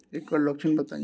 ऐकर लक्षण बताई?